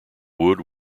wood